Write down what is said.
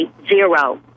zero